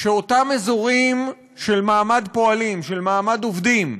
שאותם אזורים של מעמד פועלים, של מעמד עובדים,